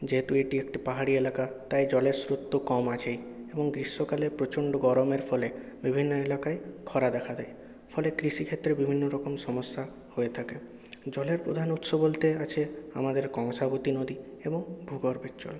যেহেতু এটি একটি পাহাড়ি এলাকা তাই জলের স্রোত তো কম আছেই এবং গ্রীষ্মকালে প্রচণ্ড গরমের ফলে বিভিন্ন এলাকায় খরা দেখা দেয় ফলে কৃষিক্ষেত্রে বিভিন্ন রকম সমস্যা হয়ে থাকে জলের প্রধান উৎস বলতে আছে আমাদের কংসাবতী নদী এবং ভূগর্ভের জল